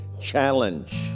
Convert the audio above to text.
challenge